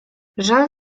żal